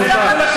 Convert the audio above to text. לכן,